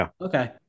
Okay